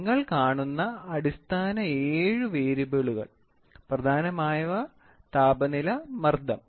നിങ്ങൾ കാണുന്ന അടിസ്ഥാന ഏഴ് വേരിയബിളുകൾ പ്രധാനമായ താപനില മർദ്ദം